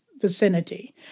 vicinity